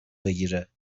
بگیره